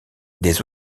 des